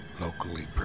locally